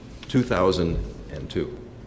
2002